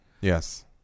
yes